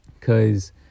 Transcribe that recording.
Cause